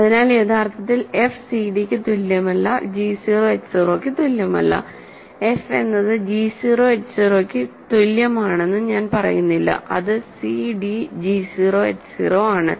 അതിനാൽ യഥാർത്ഥത്തിൽ f സിഡിക്ക് തുല്യമല്ല g 0 h 0 ക്കു തുല്യമല്ല f എന്നത് g 0 h 0 ന് തുല്യമാണെന്ന് ഞാൻ പറയുന്നില്ല അത് cd g 0 h 0 ആണ്